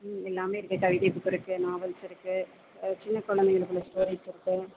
ம் எல்லாமே இருக்குது கவிதை புக் இருக்குது நாவல்ஸ் இருக்குது சின்ன குழந்தைகளுக்கு உள்ள ஸ்டோரீஸ் இருக்குது